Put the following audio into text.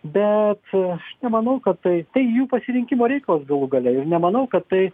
bet aš nemanau kad tai tai jų pasirinkimo reikalas galų gale ir nemanau kad tai